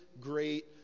great